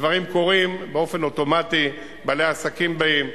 הדברים קורים באופן אוטומטי: בעלי העסקים באים,